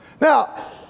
now